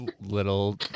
little